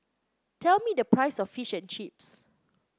tell me the price of Fish and Chips